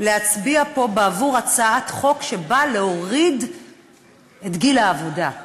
להצביע פה בעבור הצעת חוק שבאה להוריד את גיל העבודה,